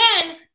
again